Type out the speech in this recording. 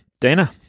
Dana